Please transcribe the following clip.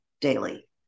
daily